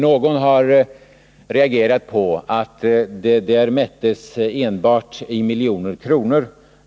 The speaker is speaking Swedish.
Någon har emellertid reagerat på att de insatser som redovisas i svaret mäts enbart i miljoner kronor.